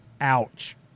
ouch